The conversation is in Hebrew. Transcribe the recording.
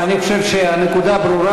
אני חושב שהנקודה ברורה.